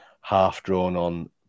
half-drawn-on